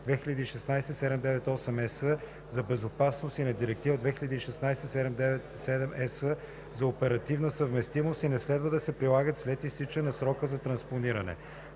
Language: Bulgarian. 2016/798/ЕС за безопасност и на Директива 2016/797/ЕС за оперативна съвместимост и не следва да се прилагат след изтичане на срока за транспониране.